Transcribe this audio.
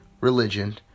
religion